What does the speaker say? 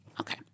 okay